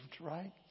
right